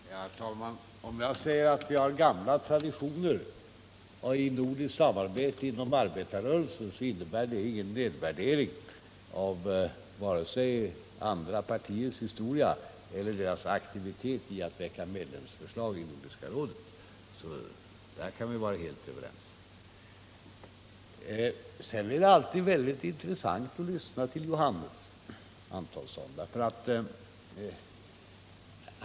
Herr talman! Om jag säger att vi har gamla traditioner i nordiskt samarbete inom arbetarrörelsen, innebär det ingen nedvärdering av vare sig andra partiers historia eller deras aktivitet i fråga om att väcka medlemsförslag i Nordiska rådet. Därvidlag kan vi vara helt överens. Men det är alltid intressant att lyssna till Johannes Antonsson.